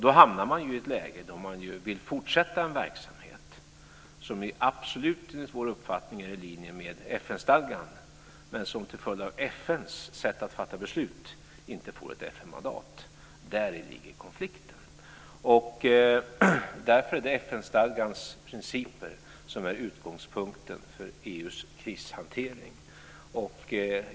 Då hamnar man i ett läge där man vill fortsätta en verksamhet som enligt vår uppfattning absolut är i linje med FN-stadgan men som till följd av FN:s sätt att fatta beslut inte får ett FN-mandat. Däri ligger konflikten. Därför är det FN-stadgans principer som är utgångspunkten för EU:s krishantering.